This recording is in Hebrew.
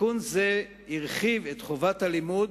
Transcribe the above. תיקון זה הרחיב את חובת הלימוד